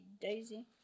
daisy